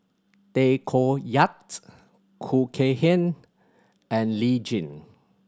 Tay Koh Yat Khoo Kay Hian and Lee Tjin